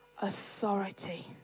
authority